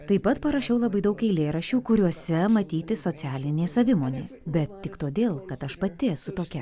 taip pat parašiau labai daug eilėraščių kuriuose matyti socialinė savimonė bet tik todėl kad aš pati esu tokia